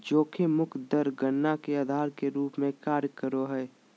जोखिम मुक्त दर गणना के आधार के रूप में कार्य करो हइ